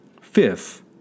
Fifth